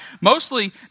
Mostly